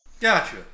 Gotcha